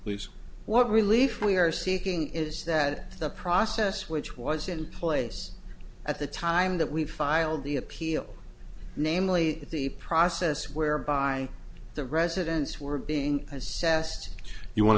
seen what relief we are seeking is that the process which was in place at the time that we filed the appeal namely the process whereby the residents were being assessed you want